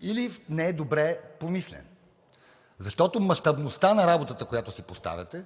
или не е добре помислен, защото мащабността на работата, която си поставяте,